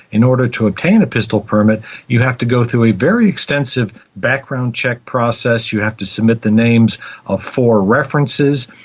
in order to obtain a pistol permit you have to go through a very extensive background check process, you have to submit the names of four references.